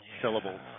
syllables